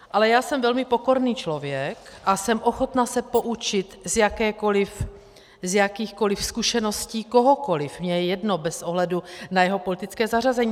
Ale já jsem velmi pokorný člověk a jsem ochotna se poučit z jakýchkoliv zkušeností kohokoliv, mně je jedno bez ohledu na jeho politické zařazení.